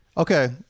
Okay